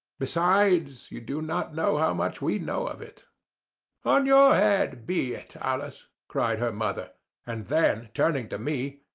besides, you do not know how much we know of it on your head be it, alice cried her mother and then, turning to me,